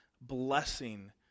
blessing